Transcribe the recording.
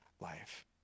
life